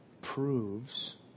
proves